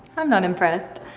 i'm not impressed.